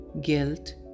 guilt